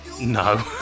no